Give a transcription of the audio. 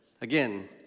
Again